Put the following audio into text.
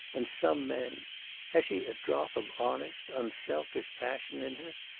and some men has she a drop of honest, unselfish passion in her?